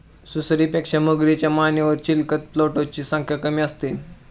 सुसरीपेक्षा मगरीच्या मानेवर चिलखत प्लेटोची संख्या कमी असते